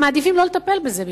הם מעדיפים לא לטפל בזה בכלל,